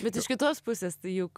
bet iš kitos pusės tai juk